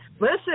listen